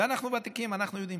ואנחנו ותיקים, אנחנו יודעים.